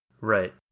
Right